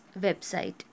website